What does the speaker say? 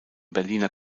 berliner